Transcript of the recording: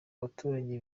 baturage